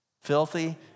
filthy